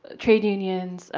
trade unions,